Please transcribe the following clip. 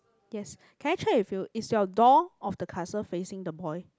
yes can I check with you is your door of the castle facing the boy